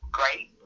great